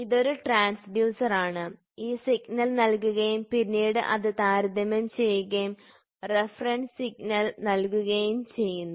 ഇത് ഒരു ട്രാൻസ്ഡ്യൂസറാണ് ഈ സിഗ്നൽ നൽകുകയും പിന്നീട് അത് താരതമ്യം ചെയ്യുകയും റഫറൻസ് സിഗ്നൽ നൽകുകയും ചെയ്യുന്നു